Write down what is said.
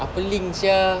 apa link sia